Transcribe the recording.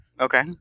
Okay